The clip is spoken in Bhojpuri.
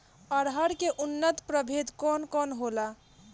अरहर के उन्नत प्रभेद कौन कौनहोला?